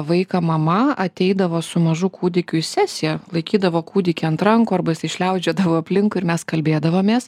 vaiką mama ateidavo su mažu kūdikiu į sesiją laikydavo kūdikį ant rankų arba jisai šliaužiodavo aplinkui ir mes kalbėdavomės